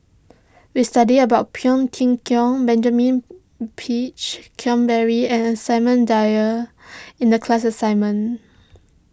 we studied about Phua Thin Benjamin Peach Keasberry and Samuel Dyer in the class assignment